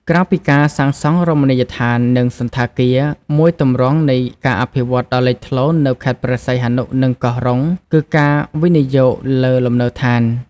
ក្រៅពីការសាងសង់រមណីយដ្ឋាន និងសណ្ឋាគារ មួយទម្រង់នៃការអភិវឌ្ឍន៍ដ៏លេចធ្លោនៅខេត្តព្រះសីហនុ និងកោះរ៉ុង គឺការវិនិយោគលើ លំនៅឋាន។